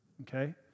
okay